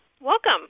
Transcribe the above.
Welcome